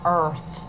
earth